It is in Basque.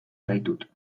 zaitut